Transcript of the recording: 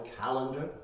calendar